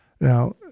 Now